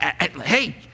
Hey